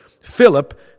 Philip